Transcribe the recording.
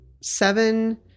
seven